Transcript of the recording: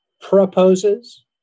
proposes